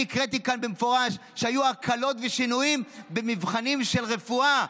אני הקראתי כאן במפורש שהיו הקלות ושינויים במבחנים של רפואה.